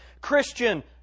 Christian